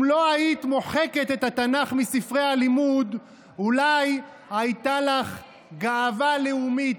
אם לא היית מוחקת את התנ"ך מספרי הלימוד אולי הייתה לך גאווה לאומית.